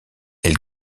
elle